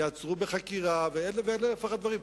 ייעצרו בחקירה, ואלף ואחד דברים.